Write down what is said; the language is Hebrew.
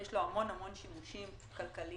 יש לו המון שימושים כלכליים,